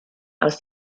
aus